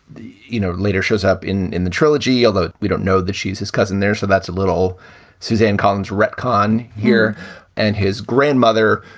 you know, later shows up in in the trilogy, although we don't know that she's his cousin there. so that's a little suzanne collins retcon here and his grandmother,